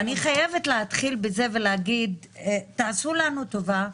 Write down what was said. אני חייבת להתחיל ולומר שתעשו לנו טובה,